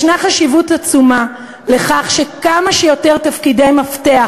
יש חשיבות עצומה לכך שכמה שיותר תפקידי מפתח,